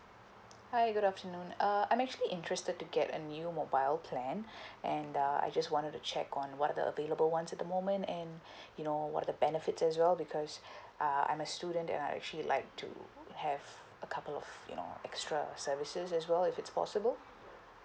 hi good afternoon uh I'm actually interested to get a new mobile plan and uh I just wanted to check on what are the the available ones at the moment and you know what are the benefits as well because uh I'm a student and I actually like to have a couple of you know extra services as well if it's possible